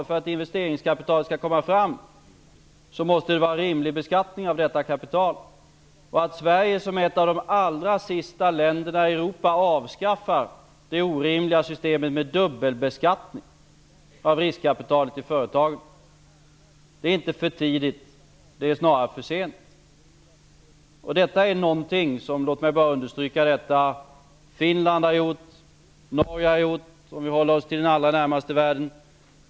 För att investeringskapital skall komma fram måste det vara en rimlig beskattning av detta kapital. Att Sverige som ett av de allra sista länderna i Europa avskaffar det orimliga systemet med dubbelbeskattning av riskkapitalet i företagen är inte för tidigt. Det är snarare för sent. Detta är någonting -- låt mig bara understryka det -- som Finland har gjort och som Norge har gjort, om vi håller oss till den allra närmaste världen.